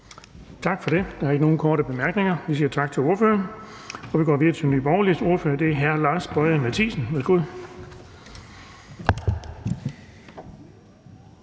Tak for det. Der er ikke nogen korte bemærkninger, så vi siger tak til ordføreren. Vi går videre til Nye Borgerliges ordfører, og det er hr. Lars Boje Mathiesen. Værsgo.